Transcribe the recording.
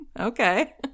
Okay